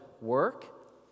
work